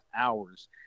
hours